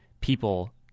people